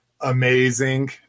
amazing